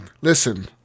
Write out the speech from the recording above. Listen